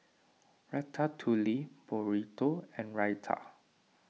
Ratatouille Burrito and Raita